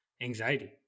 anxiety